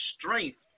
strength